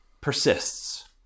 persists